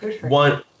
one